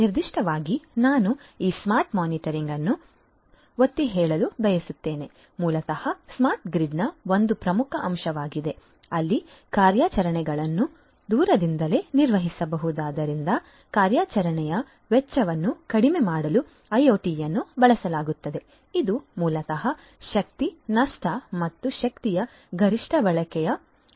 ನಿರ್ದಿಷ್ಟವಾಗಿ ನಾನು ಈ ಸ್ಮಾರ್ಟ್ ಮೀಟರಿಂಗ್ ಅನ್ನು ಒತ್ತಿಹೇಳಲು ಬಯಸುತ್ತೇನೆ ಮೂಲತಃ ಸ್ಮಾರ್ಟ್ ಗ್ರಿಡ್ನ ಒಂದು ಪ್ರಮುಖ ಅಂಶವಾಗಿದೆ ಅಲ್ಲಿ ಕಾರ್ಯಾಚರಣೆಗಳನ್ನು ದೂರದಿಂದಲೇ ನಿರ್ವಹಿಸುವುದರಿಂದ ಕಾರ್ಯಾಚರಣೆಯ ವೆಚ್ಚವನ್ನು ಕಡಿಮೆ ಮಾಡಲು ಐಒಟಿಯನ್ನು ಬಳಸಲಾಗುತ್ತದೆ ಇದು ಮೂಲತಃ ಶಕ್ತಿಯ ನಷ್ಟ ಮತ್ತು ಶಕ್ತಿಯ ಗರಿಷ್ಠ ಬಳಕೆಯ ಸಾಧ್ಯತೆಗಳನ್ನು ಕಡಿಮೆ ಮಾಡುತ್ತದೆ